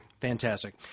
Fantastic